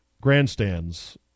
grandstands